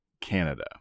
Canada